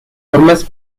formas